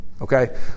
okay